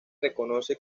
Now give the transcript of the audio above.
reconoce